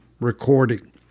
recording